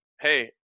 hey